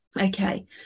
okay